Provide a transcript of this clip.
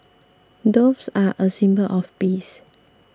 doves are a symbol of peace